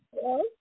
Hello